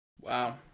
Wow